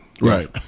Right